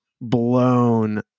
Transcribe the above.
blown